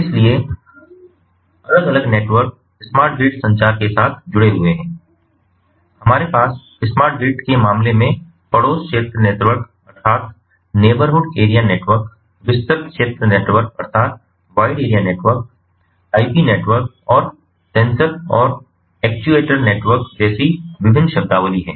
इसलिए अलग अलग नेटवर्क स्मार्ट ग्रिड संचार के साथ जुड़े हुए हैं हमारे पास स्मार्ट ग्रिड के मामले में पड़ोस क्षेत्र नेटवर्क विस्तृत क्षेत्र नेटवर्क आईपी नेटवर्क और सेंसर और एक्चुएटर नेटवर्क जैसी विभिन्न शब्दावली हैं